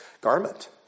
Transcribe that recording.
garment